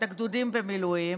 את הגדודים במילואים,